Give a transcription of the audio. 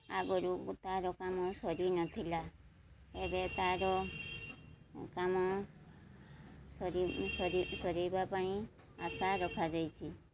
ଆଗରୁ ତା'ର କାମ ସରି ନଥିଲା ଏବେ ତା'ର କାମ ସରିବା ପାଇଁ ଆଶା ରଖାଯାଇଛି